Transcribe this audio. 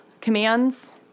commands